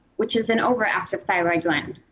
which is an overactive thyroid gland.